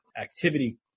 activity